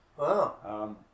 Wow